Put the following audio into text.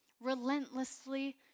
relentlessly